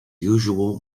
usual